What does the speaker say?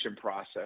process